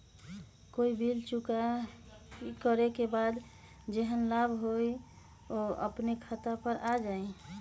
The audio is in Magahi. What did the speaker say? कोई बिल चुकाई करे के बाद जेहन लाभ होल उ अपने खाता पर आ जाई?